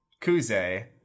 Kuze